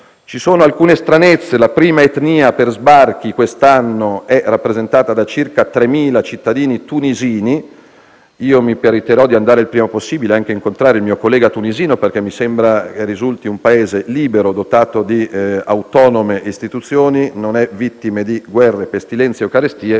Ci sono alcune stranezze: la prima etnia per sbarchi quest'anno è rappresentata da circa 3.000 cittadini tunisini. Mi premurerò di incontrare il prima possibile anche il mio collega tunisino, perché mi sembra che la Tunisia risulti un Paese libero, dotato di autonome istituzioni, non è vittima di guerre, pestilenze o carestie,